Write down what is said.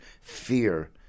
Fear